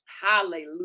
Hallelujah